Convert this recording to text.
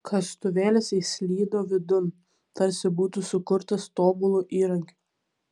kastuvėlis įslydo vidun tarsi būtų sukurtas tobulu įrankiu